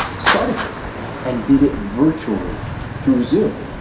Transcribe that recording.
started this and did it virtually through zoom.